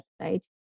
right